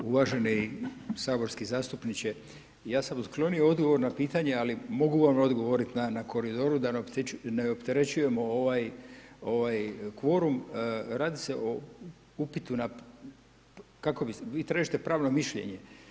Uvaženi saborski zastupniče ja sam otklonio odgovor na pitanje, ali mogu vam odgovorit na koridoru da ne opterećujemo ovaj, ovaj kvorum, radi se o upitu na, kako bi, vi tražite pravno mišljenje.